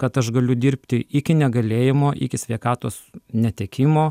kad aš galiu dirbti iki negalėjimo iki sveikatos netekimo